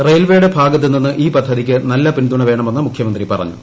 റെയിൽവെയുടെ ഭാഗത്തുനിന്ന് ഈ പദ്ധതിക്ക് നല്ല പിന്തുണ വേണമെന്ന് മുഖ്യമന്ത്രി പറഞ്ഞു